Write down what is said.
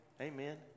Amen